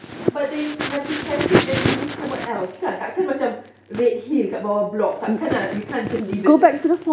but they have to catch it and release it somewhere else kan tak kan macam redhill kat bawah block tak kan you you can't just leave it there